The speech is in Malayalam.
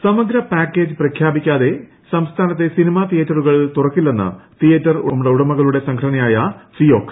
ഫിയോക് സമഗ്ര പാക്കേജ് പ്രഖ്യാപിക്കാതെ സംസ്ഥാനത്തെ സിനിമാ തീയേറ്ററുകൾ തുറക്കില്ലെന്ന് തീയേറ്റർ ഉടമകളുടെ സംഘടനയായ ഫിയോക്